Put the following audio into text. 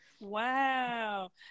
wow